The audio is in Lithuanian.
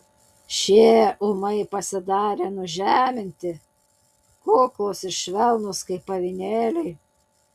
šie ūmai pasidarė nužeminti kuklūs ir švelnūs kaip avinėliai